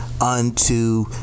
unto